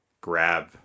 grab